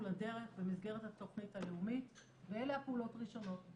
לדרך במסגרת התכנית הלאומית ואלה הפעולות הראשונות.